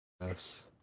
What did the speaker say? Yes